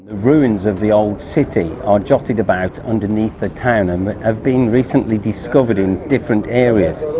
ruins of the old city are jotted about underneath the town and have been recently discovered in different areas.